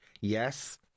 yes